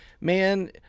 man